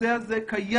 הרוח